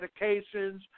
medications